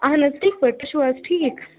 اَہَن حظ ٹھیٖک پٲٹھۍ تُہۍ چھُو حظ ٹھیٖک